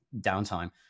downtime